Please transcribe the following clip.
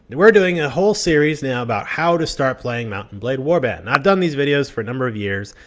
and were doing a whole serious now about how to start playing mount and blade warband. and i've done these videos for a number of years,